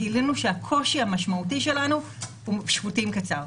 גילינו שהקושי המשמעותי שלנו הוא שפוטים לתקופה קצרה,